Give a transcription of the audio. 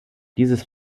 dieses